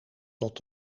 tot